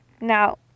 Now